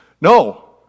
No